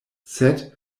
sed